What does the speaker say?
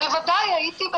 בוודאי.